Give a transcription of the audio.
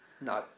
No